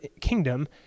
kingdom